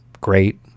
great